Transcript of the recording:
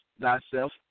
thyself